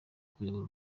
kuyobora